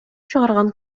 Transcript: чыгарган